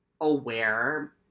aware